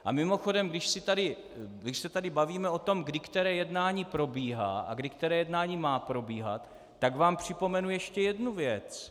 A mimochodem, když se tady bavíme o tom, kdy které jednání probíhá a kdy které jednání má probíhat, tak vám připomenu ještě jednu věc.